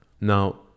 Now